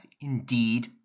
indeed